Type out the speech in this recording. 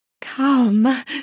Come